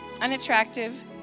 unattractive